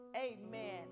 Amen